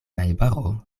najbaro